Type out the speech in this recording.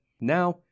Now